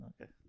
Okay